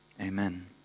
amen